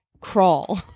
crawl